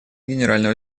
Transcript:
генерального